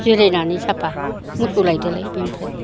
जिरायनानै साफा मोसौ लायदोलाय बेनिफ्राय